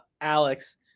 Alex